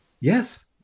yes